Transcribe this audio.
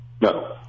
No